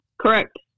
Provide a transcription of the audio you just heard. Correct